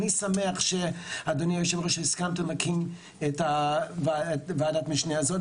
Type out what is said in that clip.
אני שמח שהסכמת להקים את וועדת המשנה הזאת,